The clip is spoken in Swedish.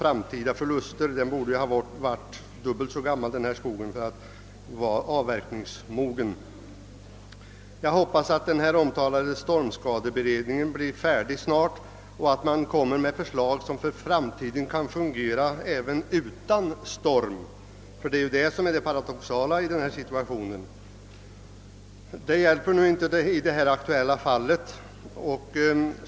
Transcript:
Skogen borde ju ha varit dubbelt så gammal för att vara avverkningsmogen. Jag hoppas att den omtalade stormskadeberedningen snart blir färdig och att den lämnar ett förslag till en ordning som täcker även fall då det inte är fråga om storm. Det är ju detta som är det paradoxala i nuvarande försäkringsbestämmelser.